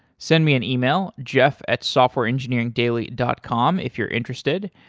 send me an email, jeff at softwareengineeringdaily dot com if you're interested.